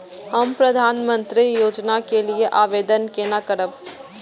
हम प्रधानमंत्री योजना के लिये आवेदन केना करब?